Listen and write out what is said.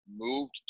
moved